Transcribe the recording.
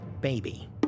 Baby